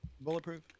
Bulletproof